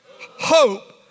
hope